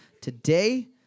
today